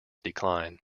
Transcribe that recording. decline